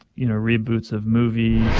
you know, reboots of movies.